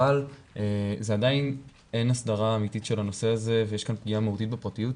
אבל עדיין אין הסדרה אמיתית של הנושא הזה ויש כאן פגיעה מהותית בפרטיות.